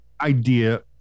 idea